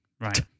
right